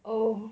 oh